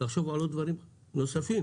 לחשוב על דברים נוספים.